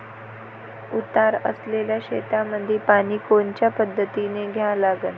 उतार असलेल्या शेतामंदी पानी कोनच्या पद्धतीने द्या लागन?